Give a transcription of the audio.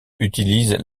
utilisent